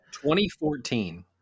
2014